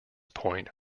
point